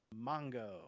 Mongo